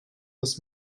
this